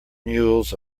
mules